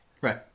right